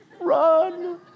run